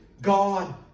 God